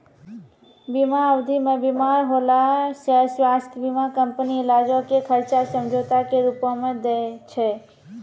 बीमा अवधि मे बीमार होला से स्वास्थ्य बीमा कंपनी इलाजो के खर्चा समझौता के रूपो मे दै छै